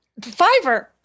Fiverr